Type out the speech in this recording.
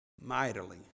mightily